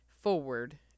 forward